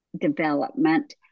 development